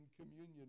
communion